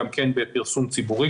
גם כן בפרסום ציבורי,